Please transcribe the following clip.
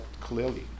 clearly